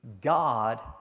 God